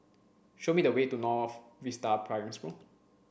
show me the way to North Vista Primary School